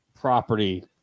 property